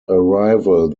arrival